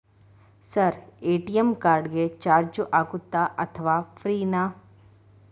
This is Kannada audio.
ಸರ್ ಎ.ಟಿ.ಎಂ ಕಾರ್ಡ್ ಗೆ ಚಾರ್ಜು ಆಗುತ್ತಾ ಅಥವಾ ಫ್ರೇ ನಾ?